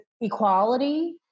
equality